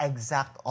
Exact